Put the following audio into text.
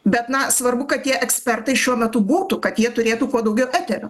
bet na svarbu kad tie ekspertai šiuo metu būtų kad jie turėtų kuo daugiau eterio